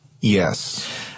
Yes